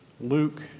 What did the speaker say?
Luke